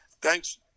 Thanks